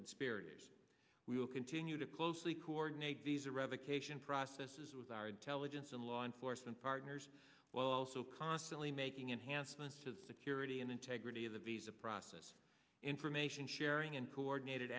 conspirators we will continue to closely coordinate these revocation processes with our intelligence and law enforcement partners well also constantly making enhancements to the security and into gritty of the visa process information sharing and coordinated